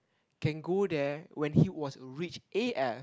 can go there when he was rich A_F